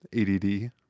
add